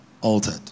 altered